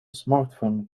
smartphone